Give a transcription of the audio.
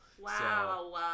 Wow